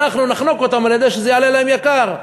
אנחנו נחנוק אותם על-ידי זה שזה יעלה להם ביוקר.